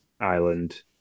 Island